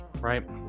right